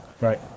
right